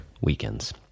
weekends